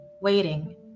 waiting